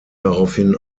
daraufhin